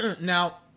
Now